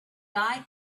guy